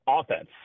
Offense